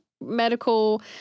medical